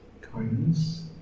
kindness